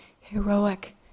heroic